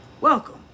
Welcome